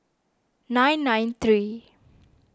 nine nine three